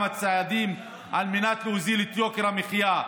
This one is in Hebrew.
צעדים על מנת להוזיל את יוקר המחיה.